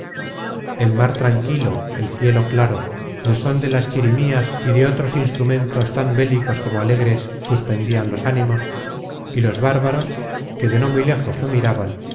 el mar tranquilo el cielo claro el són de las chirimías y de otros instrumentos tan bélicos como alegres suspendian los ánimos y los bárbaros que de no muy lejos lo miraban